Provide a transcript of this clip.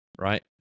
right